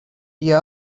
dia